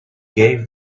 gave